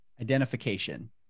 identification